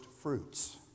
fruits